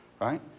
right